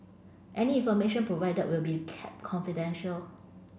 any information provided will be kept confidential